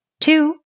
Two